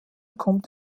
kommt